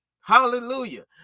Hallelujah